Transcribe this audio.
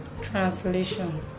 translation